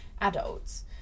adults